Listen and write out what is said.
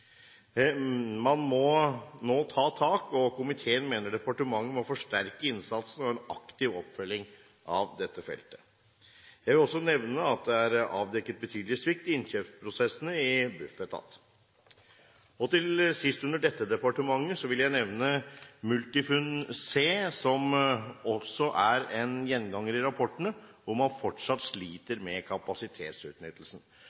Man må nå ta tak, og komiteen mener departementet må forsterke innsatsen og ha en aktiv oppfølging av dette feltet. Jeg vil også nevne at det er avdekket betydelig svikt i innkjøpsprosessene i Bufetat. Til sist, under dette departementet, vil jeg nevne MultifunC, som også er en gjenganger i rapportene, hvor man fortsatt